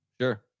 Sure